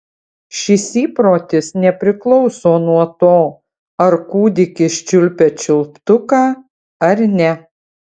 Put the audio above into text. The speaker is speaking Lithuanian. šis įprotis nepriklauso nuo to ar kūdikis čiulpia čiulptuką ar ne